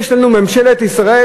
יש לנו ממשלת ישראל,